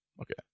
Okay